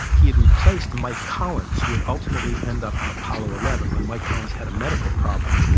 he had replaced mike collins, who would ultimately end up on apollo eleven when mike collins had a medical problem.